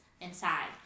inside